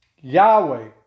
Yahweh